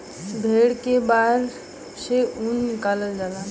भेड़ के बार से ऊन निकालल जाला